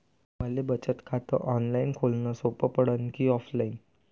मले बचत खात ऑनलाईन खोलन सोपं पडन की ऑफलाईन?